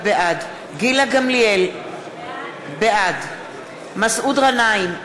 בעד גילה גמליאל, בעד מסעוד גנאים,